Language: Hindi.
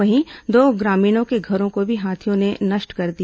वहीं दो ग्रामीणों के घरों को भी हाथियों ने नष्ट कर दिया